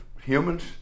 humans